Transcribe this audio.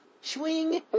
Swing